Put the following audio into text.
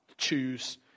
choose